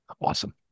awesome